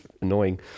annoying